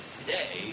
today